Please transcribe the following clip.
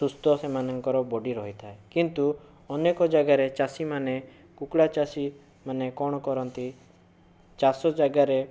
ସୁସ୍ଥ ସେମାନଙ୍କର ବଡ଼ି ରହିଥାଏ କିନ୍ତୁ ଅନେକ ଜାଗାରେ ଚାଷୀମାନେ କୁକୁଡ଼ାଚାଷୀମାନେ କ'ଣ କରନ୍ତି ଚାଷ ଜାଗାରେ